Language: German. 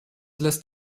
lässt